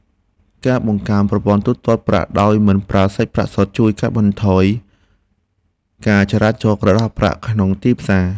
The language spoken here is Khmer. ការបង្កើតប្រព័ន្ធទូទាត់ប្រាក់ដោយមិនប្រើសាច់ប្រាក់សុទ្ធជួយកាត់បន្ថយការចរាចរណ៍ក្រដាសប្រាក់ក្នុងទីផ្សារ។